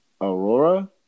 Aurora